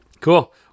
Cool